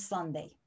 Sunday